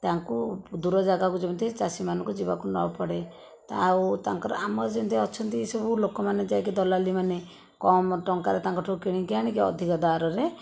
ତାଙ୍କୁ ଦୂର ଜାଗାକୁ ଯେମିତି ଚାଷୀମାନଙ୍କୁ ଯିବାକୁ ନପଡ଼େ ଆଉ ତାଙ୍କର ଆମର ଯେମିତି ଅଛନ୍ତି ସବୁ ଲୋକମାନେ ଯାଇକି ଦଲାଲ୍ମାନେ କମ୍ ଟଙ୍କାରେ ତାଙ୍କଠୁ କିଣିକି ଆଣିକି ଅଧିକ ଦରରେ